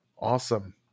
Awesome